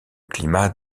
climat